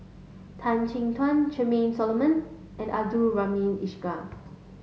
Tan Chin Tuan Charmaine Solomon and Abdul Rahim Ishak